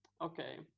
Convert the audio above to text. Okay